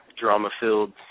drama-filled